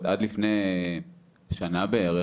עד לפני שנה בערך,